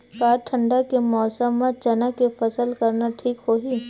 का ठंडा के मौसम म चना के फसल करना ठीक होही?